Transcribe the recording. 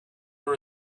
were